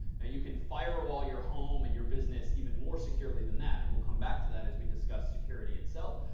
now, you can firewall your home and your business even more securely than that. and we'll come back to that as we discuss security itself.